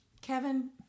Kevin